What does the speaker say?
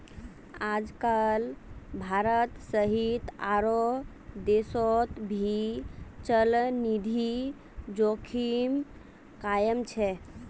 आजकल भारत सहित आरो देशोंत भी चलनिधि जोखिम कायम छे